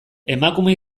emakume